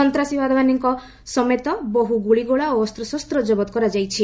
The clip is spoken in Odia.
ସନ୍ତାସବାଦୀମାନଙ୍କ ସମେତ ବହୁ ଗୁଳି ଗୋଳା ଓ ଅସ୍ତ୍ରଶସ୍ତ କରାଯାଇଛି